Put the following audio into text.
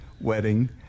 wedding